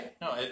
No